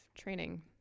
training